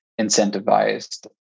incentivized